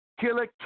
Killer